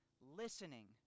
listening